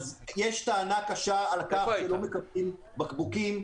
יש טענה קשה על כך שלא מקבלים בקבוקים.